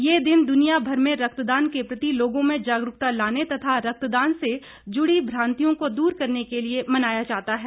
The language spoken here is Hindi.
ये दिन दुनियाभर मे रक्तदान के प्रति लोगो मे जागरूकता लाने तथा रक्तदान से जुडी भ्रांतियों को दूर करने के लिए मनाया जाता है